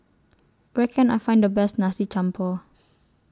Where Can I Find The Best Nasi Campur